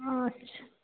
হুম আচ্ছা